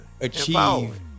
achieve